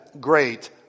great